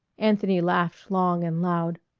anthony laughed long and loud.